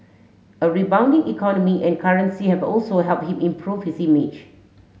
a rebounding economy and currency have also help him improve his image